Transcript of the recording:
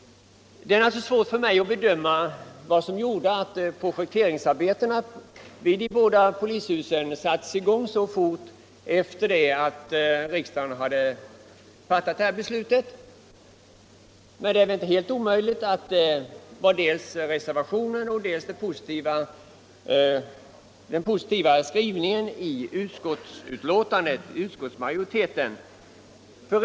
Det är naturligtvis svårt för mig att bedöma vad som gjorde att projekteringsarbetena för de båda polishusen sattes i gång mycket snabbt efter det att riksdagen hade fattat beslutet, men det är inte helt omöjligt att det var dels reservationen, dels den positiva skrivningen i utskottsmajoritetens betänkande.